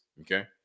okay